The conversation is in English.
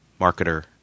marketer